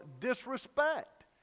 disrespect